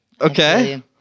Okay